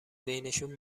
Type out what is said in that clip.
بینشون